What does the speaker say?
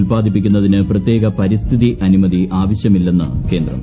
ഉല്പാദിപ്പിക്കുന്നതിന് പ്രത്യേക പരിസ്ഥിതി അനുമതി ആവശ്യമില്ലെന്ന് ക്യേന്ദ്രം